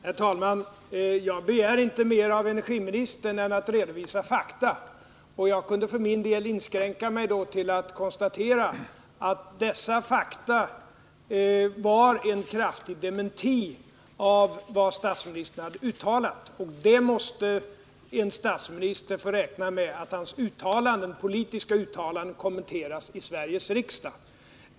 Herr talman! Jag begär inte mer av energiministern än att han skall redovisa fakta. Jag kunde för min del ha inskränkt mig till att konstatera att dessa fakta var en kraftig dementi av vad statsministern hade uttalat. Men en statsminister måste räkna med att hans politiska uttalanden kommenteras i Sveriges riksdag.